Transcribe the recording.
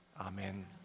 amen